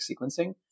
sequencing